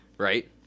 Right